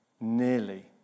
nearly